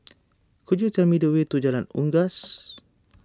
could you tell me the way to Jalan Unggas